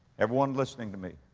everyone listening to me.